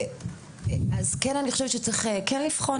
אני כן חושבת שצריך לבחון.